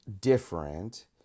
different